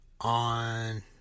on